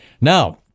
Now